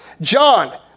John